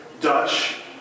Dutch